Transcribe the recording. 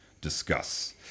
Discuss